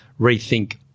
rethink